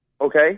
okay